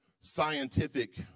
scientific